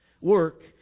work